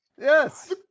Yes